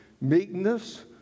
meekness